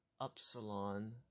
Upsilon